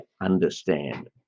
understand